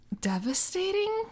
devastating